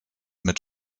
mit